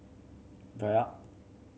Bia